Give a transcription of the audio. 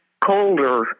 colder